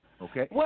Okay